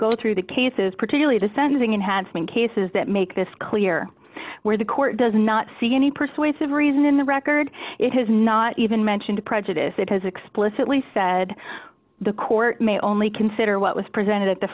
go through the cases particularly the sentencing enhancement cases that make this clear where the court does not see any persuasive reason in the record it has not even mentioned prejudice it has explicitly said the court may only consider what presented at the